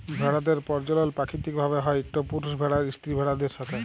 ভেড়াদের পরজলল পাকিতিক ভাবে হ্যয় ইকট পুরুষ ভেড়ার স্ত্রী ভেড়াদের সাথে